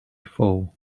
fall